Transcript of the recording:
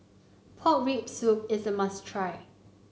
Pork Rib Soup is a must try